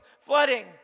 flooding